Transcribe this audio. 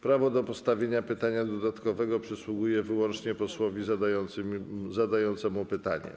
Prawo do postawienia pytania dodatkowego przysługuje wyłącznie posłowi zadającemu pytanie.